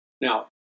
Now